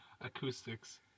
Acoustics